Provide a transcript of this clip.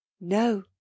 No